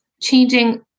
changing